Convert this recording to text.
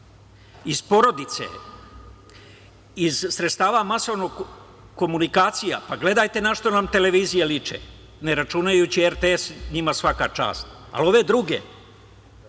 iz porodice, iz sredstava masovnih komunikacija. Pa gledajte na šta vam televizije liče, ne računajući RTS, njima svaka čast. Ali ove druge,